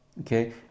okay